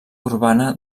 urbana